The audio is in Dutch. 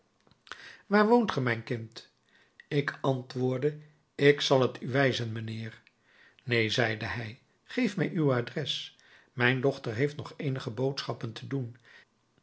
waar woont ge mijn kind ik antwoordde ik zal t u wijzen mijnheer neen zeide hij geef mij uw adres mijn dochter heeft nog eenige boodschappen te doen